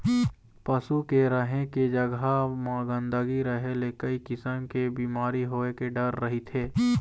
पशु के रहें के जघा म गंदगी रहे ले कइ किसम के बिमारी होए के डर रहिथे